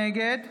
נגד